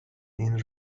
این